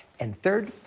and third,